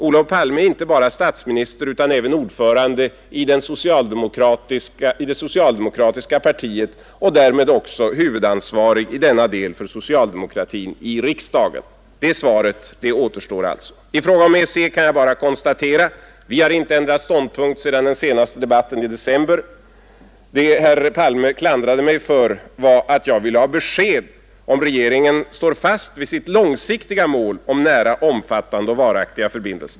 Olof Palme är inte bara statsminister utan även ordförande i det socialdemokratiska partiet och därmed huvudansvarig i denna del för socialdemokratin i riksdagen. Det svaret återstår alltså. I fråga om EEC kan jag bara konstatera: Vi har inte ändrat ståndpunkt sedan den senaste debatten i december. Det herr Palme klandrade mig för var att jag ville ha besked om regeringen står fast vid sitt långsiktiga mål om nära, omfattande och varaktiga förbindelser.